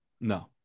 no